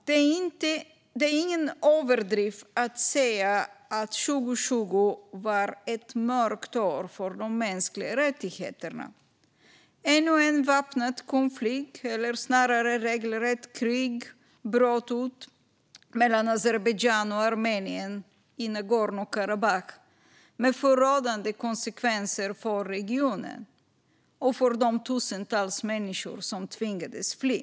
Det är ingen överdrift att säga att 2020 var ett mörkt år för de mänskliga rättigheterna. Ännu en väpnad konflikt, eller snarare ett regelrätt krig, bröt ut mellan Azerbajdzjan och Armenien i Nagorno-Karabach med förödande konsekvenser för regionen och för de tusentals människor som tvingades fly.